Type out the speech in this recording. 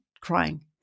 crying